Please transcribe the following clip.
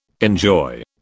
Enjoy